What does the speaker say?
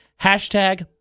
Hashtag